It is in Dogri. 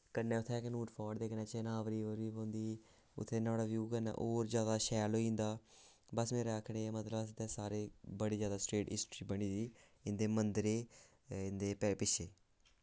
कन्नै उत्थें अखनूर फोट दे कन्नै चनाब रिवर पौंदी उत्थें नोहाड़ा व्यू कन्नै होर जादा शैल होई जंदा बस मेरा आक्खने दा एह् मतलब ऐ अस इत्थै सारें गी बड़ी जादा स्टेट हिस्टरी बनी दी इं'दे मन्दरें इंदे पिच्छें